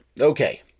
okay